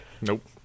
Nope